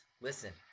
Listen